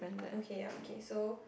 okay ya okay so